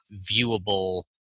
viewable